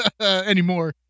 Anymore